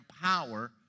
power